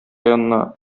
янына